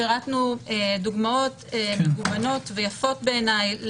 פירטנו דוגמאות מגוונות ויפות בעיניי